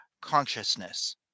consciousness